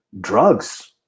drugs